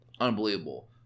unbelievable